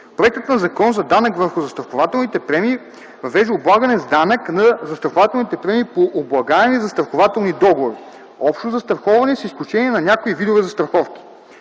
Проектът на Закон за данък върху застрахователните премии въвежда облагане с данък на застрахователните премии по облагаеми застрахователни договори (общо застраховане с изключение на някои видове застраховки).